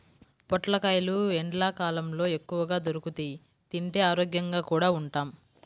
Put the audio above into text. పొట్లకాయలు ఎండ్లకాలంలో ఎక్కువగా దొరుకుతియ్, తింటే ఆరోగ్యంగా కూడా ఉంటాం